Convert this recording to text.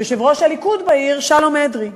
יושב-ראש הליכוד בעיר, שלום אדרי,